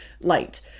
light